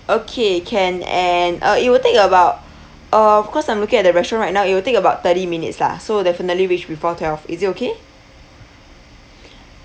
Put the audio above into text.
okay can and uh it will take about uh of course I'm looking at the restaurant right now it will take about thirty minutes lah so definitely reach before twelve is it okay